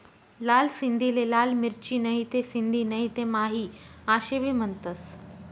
लाल सिंधीले लाल मिरची, नहीते सिंधी नहीते माही आशे भी म्हनतंस